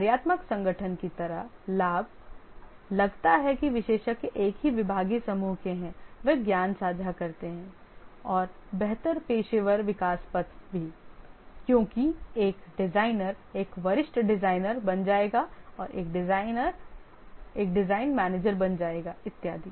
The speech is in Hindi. कार्यात्मक संगठन की तरह लाभ लगता है कि विशेषज्ञ एक ही विभागीय समूह के हैं वे ज्ञान साझा करते हैं और बेहतर पेशेवर विकास पथ भी क्योंकि एक डिज़ाइनर एक वरिष्ठ डिज़ाइनर बन जाएगा एक डिज़ाइन मैनेजर बन जाएगा इत्यादि